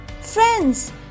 Friends